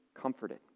comforted